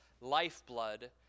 lifeblood